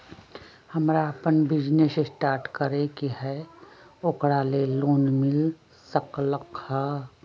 हमरा अपन business start करे के है ओकरा लेल लोन मिल सकलक ह?